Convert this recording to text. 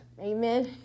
Amen